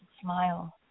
smile